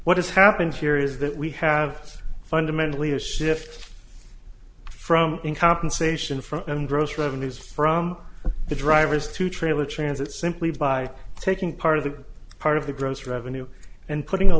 what has happened here is that we have fundamentally a shift from in compensation from gross revenues from the drivers to trailer transit simply by taking part of the part of the gross revenue and putting a